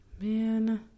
Man